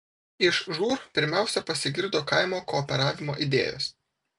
iš žūr pirmiausia pasigirdo kaimo kooperavimo idėjos